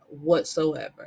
whatsoever